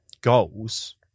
goals